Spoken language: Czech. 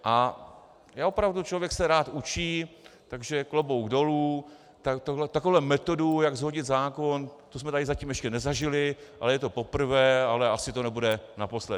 A opravdu, člověk se rád učí, takže klobouk dolů, takovou metodu, jak shodit zákon, to jsme tady zatím ještě nezažili, ale je to poprvé, ale asi to nebude naposled.